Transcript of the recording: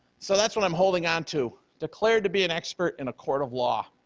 so that's what i'm holding on to, declared to be an expert in a court of law.